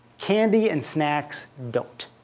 candy and snacks don't.